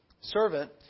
servant